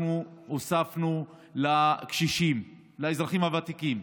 הוספנו לקשישים, לאזרחים הוותיקים,